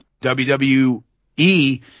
WWE